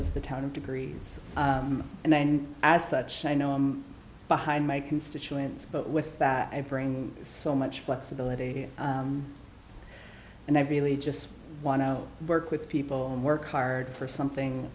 as the town of degrees and as such i know i'm behind my constituents but with that i bring so much flexibility and i really just want to work with people and work hard for something